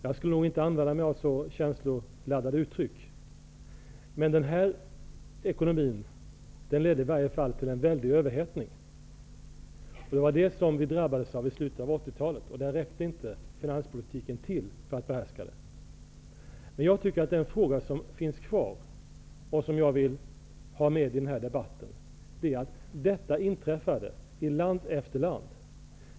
Jag skulle nog inte använda mig av så känsloladdade uttryck. Men den här ekonomin ledde i varje fall till en väldig överhettning. Det var den som vi drabbades av i slutet av 80-talet, och finanspolitiken räckte inte till för att behärska den. Jag tycker att den fråga som finns kvar och som jag vill ta upp i denna debatt är att detta inträffade i land efter land.